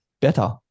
better